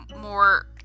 more